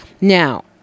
now